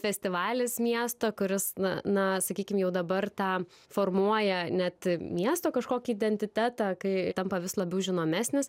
festivalis miesto kuris na na sakykim jau dabar tą formuoja net miesto kažkokį identitetą kai tampa vis labiau žinomesnis